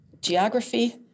geography